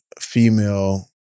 female